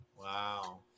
wow